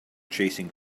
chasing